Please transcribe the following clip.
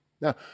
Now